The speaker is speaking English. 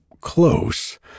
close